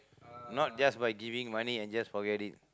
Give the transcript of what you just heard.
not just by giving money and just forget it